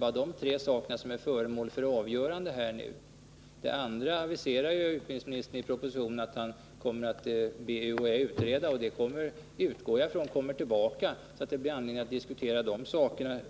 När det gäller alla andra aspekter aviserar ju utbildningsministern i propositionen att han skall be UHÄ utreda dem. Jag utgår ifrån att dessa frågor kommer tillbaka så att det blir anledning att diskutera dem